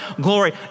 glory